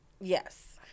yes